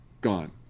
Gone